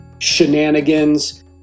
shenanigans